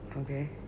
okay